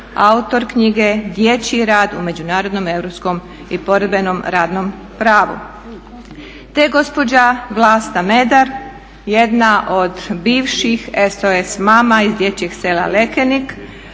autor knjige "Dječji rad u međunarodnom europskom i poredbenom radnom pravu", te gospođa Vlasta Medar jedna od bivših SOS mama iz Dječjeg sela Lekenik,